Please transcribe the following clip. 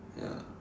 ya